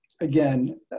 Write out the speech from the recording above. again